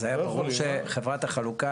אז היה ברור שחברת החלוקה,